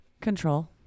Control